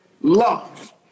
love